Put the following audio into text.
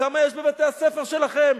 כמה יש בבתי-הספר שלכם?